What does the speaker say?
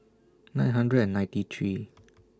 nine hundred and ninety three